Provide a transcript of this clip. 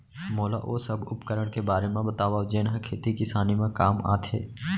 मोला ओ सब उपकरण के बारे म बतावव जेन ह खेती किसानी म काम आथे?